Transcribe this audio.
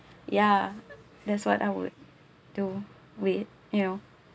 ya that's what I would do with you know